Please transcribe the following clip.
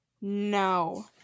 No